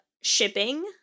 shipping